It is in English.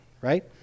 right